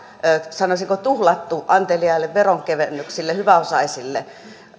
sanoisinko tuhlattu anteliaisiin veronkevennyksiin hyväosaisille